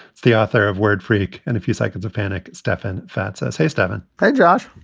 the author of word freak and a few seconds of panic. stefan fatsis. hey, stefan hey, josh.